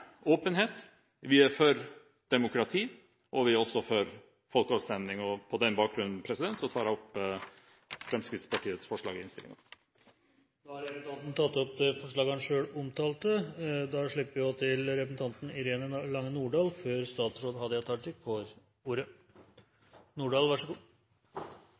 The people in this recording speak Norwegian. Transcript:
åpenhet, vi er for demokrati, og vi er også for folkeavstemning. På den bakgrunnen tar jeg opp Fremskrittspartiets forslag i innstillingen. Representanten Øyvind Korsberg har tatt opp det forslaget han refererte til.